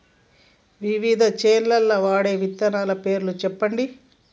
వివిధ చేలల్ల వాడే విత్తనాల పేర్లు చెప్పండి?